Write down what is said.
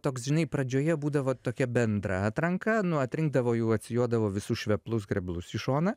toks žinai pradžioje būdavo tokia bendra atranka nu atrinkdavo jau atsijodavo visus šveplus greblus į šoną